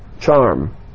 charm